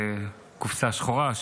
קופסה שחורה,